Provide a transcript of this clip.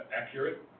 accurate